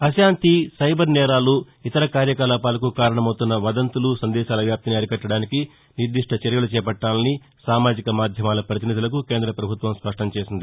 అశాంతి సైబర్ నేరాలు ఇతర కార్యకలాపాలకు కారణమవుతున్న వదంతులు సందేశాల వ్యాప్తిని అరికట్టడానికి నిర్దిష్ట చర్యలు చేపట్టాలని సామాజిక మాధ్యమాల పతినిధులకు కేంద పభుత్వం స్పష్టం చేసింది